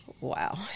Wow